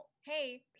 Hey